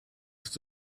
ist